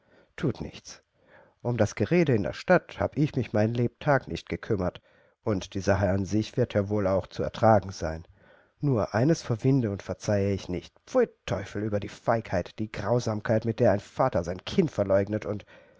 thut nichts um das gerede in der stadt hab ich mich mein lebtag nicht gekümmert und die sache an sich wird ja wohl auch zu ertragen sein nur eines verwinde und verzeihe ich nicht pfui teufel über die feigheit die grausamkeit mit der ein vater sein kind verleugnet und